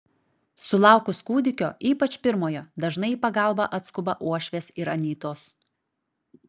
sulaukus kūdikio ypač pirmojo dažnai į pagalbą atskuba uošvės ir anytos